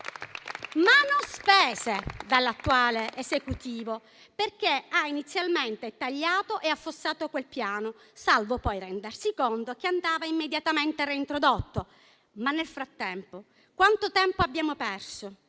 ma non spese dall'attuale Esecutivo, perché ha inizialmente tagliato e affossato quel piano, salvo poi rendersi conto che andava immediatamente reintrodotto. Chiedo però al Ministro nel frattempo quanto tempo abbiamo perso: